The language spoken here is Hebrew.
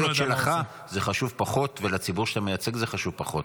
יכול להיות שלך זה חשוב פחות ולציבור שאתה מייצג זה חשוב פחות,